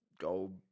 go